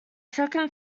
second